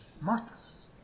Marcus